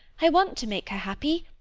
i want to make her happy,